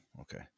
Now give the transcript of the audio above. okay